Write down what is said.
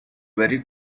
very